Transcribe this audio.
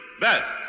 best